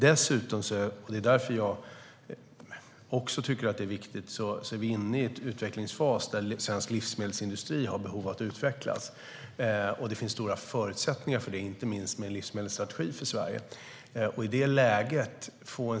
Dessutom - det är därför som jag också tycker att det är viktigt - är vi inne i en utvecklingsfas där svensk livsmedelsindustri har behov av att utvecklas. Och det finns stora förutsättningar för det, inte minst med en livsmedelsstrategi för Sverige.